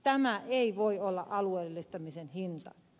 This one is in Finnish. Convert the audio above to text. tämä ei voi olla alueellistamisen hinta